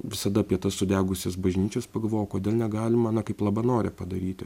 visada apie tas sudegusias bažnyčias pagalvoju o kodėl negalima na kaip labanore padaryti